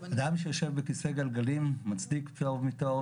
אדם שיושב בכיסא גלגלים מצדיק פטור מתור,